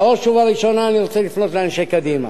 בראש ובראשונה אני רוצה לפנות לאנשי קדימה.